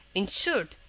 in short,